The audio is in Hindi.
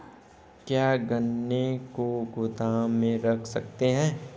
क्या गन्ने को गोदाम में रख सकते हैं?